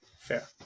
fair